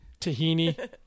tahini